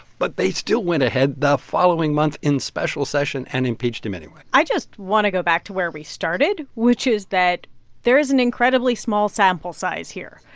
but they still went ahead the following month in special session and impeached him anyway i just want to go back to where we started, which is that there is an incredibly small sample size here.